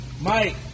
Mike